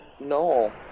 No